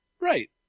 Right